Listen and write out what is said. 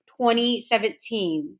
2017